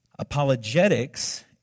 apologetics